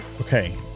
Okay